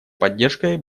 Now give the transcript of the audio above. поддержкой